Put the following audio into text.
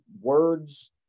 words